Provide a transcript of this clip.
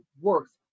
works